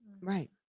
right